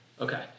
Okay